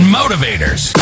motivators